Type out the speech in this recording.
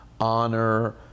honor